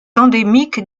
endémique